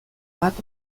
bat